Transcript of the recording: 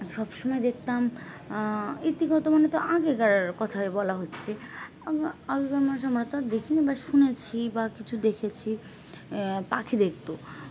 সবসময় দেখতাম ইতিগত মানে তো আগেকার কথায় বলা হচ্ছে আগেকার মানুষ আমরা তো আর দেখিনি বা শুনেছি বা কিছু দেখেছি পাখি দেখতো